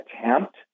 attempt